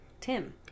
Tim